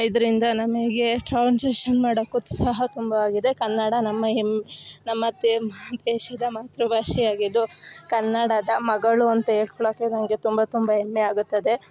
ಇದರಿಂದ ನಮಗೆ ಟ್ರಾನ್ಸೆಷನ್ ಮಾಡೋಕು ಸಹ ತುಂಬ ಆಗಿದೆ ಕನ್ನಡ ನಮ್ಮ ಹೆಮ್ಮೆ ನಮ್ಮ ತೇಮ್ ದೇಶದ ಮಾತೃ ಭಾಷೆ ಆಗಿದ್ದು ಕನ್ನಡದ ಮಗಳು ಅಂತ ಹೇಳ್ಕೋಳಕೆ ನನಗೆ ತುಂಬ ತುಂಬ ಹೆಮ್ಮೆ ಆಗುತ್ತದೆ